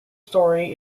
story